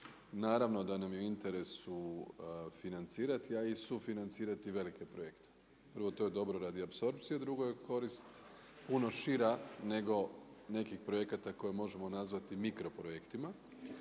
Naravno da nam je u interesu financirati a i sufinancirati velike projekte. Prvo to je dobro radi apsorpcije a drugo je korist puno šira nego nekih projekata koje možemo nazvati mikro projektima.